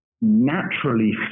naturally